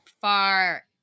far